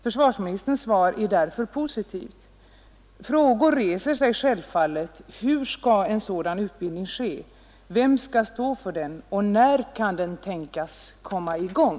Försvarsministerns svar är därför positivt men frågor reser sig självfallet. Hur skall en sådan utbildning ske, vem skall stå för den och när kan den tänkas komma i gång?